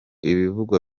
ibivugwa